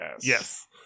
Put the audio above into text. Yes